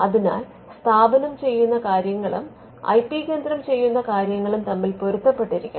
അതിനാൽ സ്ഥാപനം ചെയ്യുന്ന കാര്യങ്ങളും ഐ പി കേന്ദ്രം ചെയ്യുന്ന കാര്യങ്ങളും തമ്മിൽ പൊരുത്തപ്പെട്ടിരിക്കണം